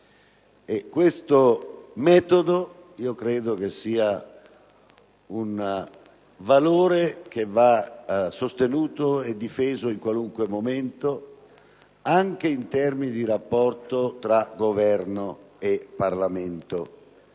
questo metodo rappresenti un valore da sostenere e difendere in qualunque momento, anche in termini di rapporto tra Governo e Parlamento